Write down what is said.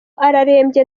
ararembye